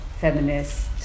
feminist